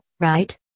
right